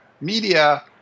media